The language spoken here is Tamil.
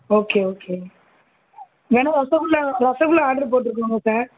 ஓகே ஓகே இல்லைன்னா ரசகுல்லா ரசகுல்லா ஆர்டர் போட்டுக்கோங்க சார்